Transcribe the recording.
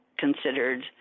considered